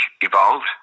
evolved